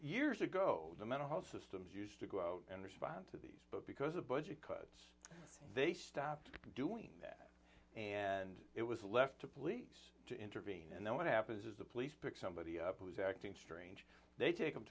years ago the mental health systems used to go out and respond to these but because of budget cuts they stopped doing that and it was left to police to intervene and then what happens is the police pick somebody who is acting strange they take